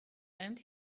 and